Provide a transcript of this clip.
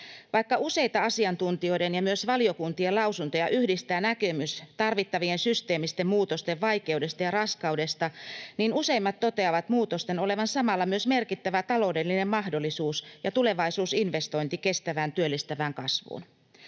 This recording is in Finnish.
Vaikka useita asiantuntijoiden ja myös valiokuntien lausuntoja yhdistää näkemys tarvittavien systeemisten muutosten vaikeudesta ja raskaudesta, niin useimmat toteavat muutosten olevan samalla myös merkittävä taloudellinen mahdollisuus ja tulevaisuusinvestointi kestävään työllistävään kasvuun.